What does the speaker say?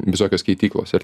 visokios keityklos ir